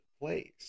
place